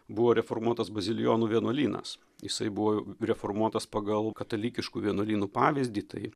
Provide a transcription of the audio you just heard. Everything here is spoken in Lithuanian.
buvo reformuotas bazilijonų vienuolynas jisai buvo reformuotas pagal katalikiškų vienuolynų pavyzdį tai